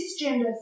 cisgender